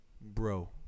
Bro